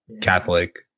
Catholic